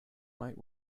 might